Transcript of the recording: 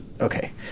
okay